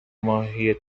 ماهی